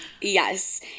yes